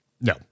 No